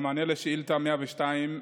במענה על שאילתה 102,